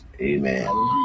amen